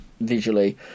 Visually